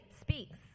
speaks